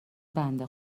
بنده